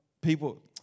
people